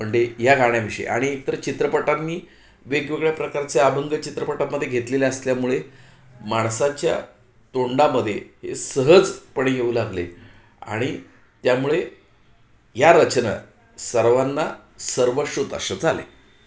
Monday या गाण्याविषयी आणि एकतर चित्रपटांनी वेगवेगळ्या प्रकारचे अभंग चित्रपटांमध्ये घेतलेले असल्यामुळे माणसाच्या तोंडामध्ये हे सहजपणे येऊ लागले आणि त्यामुळे या रचना सर्वांना सर्वश्रुत असं झाले